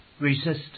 resistance